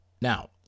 Now